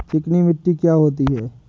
चिकनी मिट्टी क्या होती है?